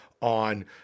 on